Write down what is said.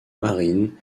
marine